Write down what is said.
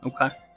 Okay